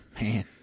man